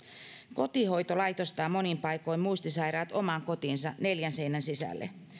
kotihoito laitostaa monin paikoin muistisairaat omaan kotiinsa neljän seinän sisälle